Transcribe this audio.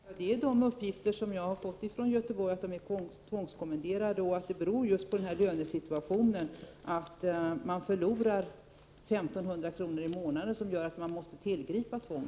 Prot. 1988/89:31 Fru talman! Det är uppgifter som jag har fått ifrån Göteborg — att de är 24 november 1988 tvångskommenderade och att det beror på lönesituationen. Att poliserna får Om personalsitua 1 500 kr. mindre i månaden gör att man måste tillgripa detta tvång.